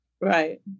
Right